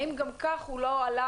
האם גם כך הוא לא עלה